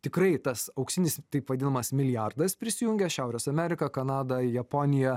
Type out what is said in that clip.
tikrai tas auksinis taip vadinamas milijardas prisijungęs šiaurės amerika kanada japonija